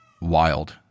wild